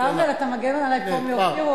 כרמל, אתה מגן עלי פה מאופיר?